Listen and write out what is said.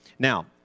Now